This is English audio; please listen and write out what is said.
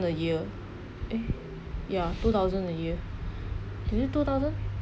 a year eh ya two thousand a year is it two thousand